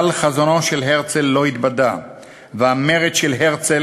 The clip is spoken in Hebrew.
אבל חזונו של הרצל לא התבדה והמֶרד של הרצל,